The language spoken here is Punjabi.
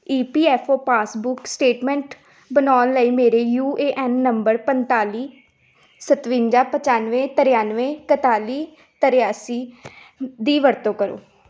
ਈ P F O passbook statement ਬਣਾਉਣ ਲਈ ਮੇਰੇ ਯੂ ਏ ਐਨ ਨੰਬਰ ਪੰਤਾਲੀ ਸਤਵੰਜਾ ਪਚਾਨਵੇਂ ਤ੍ਰਿਆਨਵੇਂ ਇੱਕਤਾਲੀ ਤ੍ਰਿਆਸੀ ਦੀ ਵਰਤੋਂ ਕਰੋ